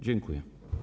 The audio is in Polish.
Dziękuję.